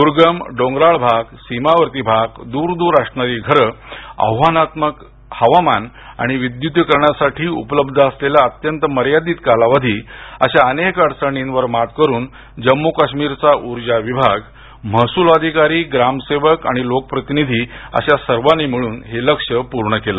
दुर्गम डोंगराळ भाग सीमावर्ती भाग दूर दूर असणारी घरं आव्हानात्मक हवामान आणि विद्युतीकरणासाठी उपलब्ध असलेला अत्यंत मर्यादित कालावधी अशा अनेक अडचणींवर मात करत जम्मू काश्मीरचा उर्जा विभाग महसूल अधिकारी ग्रामसेवक लोकप्रतिनिधी अशा सर्वांनी मिळून हे लक्ष्य पूर्ण केलं